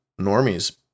normies